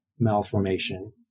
Malformation